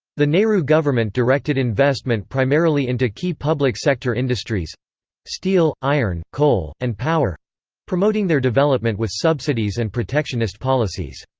the nehru government directed investment primarily into key public sector industries steel, iron, coal, and power promoting their development with subsidies and protectionist policies.